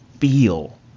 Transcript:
feel